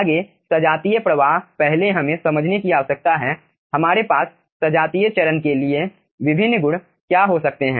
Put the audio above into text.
आगे सजातीय प्रवाह पहले हमें समझने की आवश्यकता है हमारे पास सजातीय चरण के लिए विभिन्न गुण क्या हो सकते हैं